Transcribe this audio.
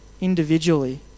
individually